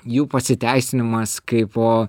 jų pasiteisinimas kaipo